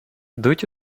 йдуть